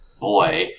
boy